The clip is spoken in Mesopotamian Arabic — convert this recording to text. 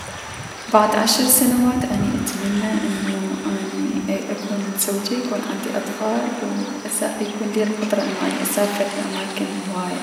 بعد عشر سنوات اي- اني اتمنى انو اكون متزوجة و يكون عندي اطفال و يكون ليا القدرة انو اسافر لأماكن هواية.